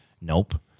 Nope